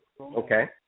okay